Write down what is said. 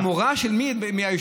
המורא שלי מהיושב-ראש.